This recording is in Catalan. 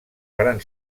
varen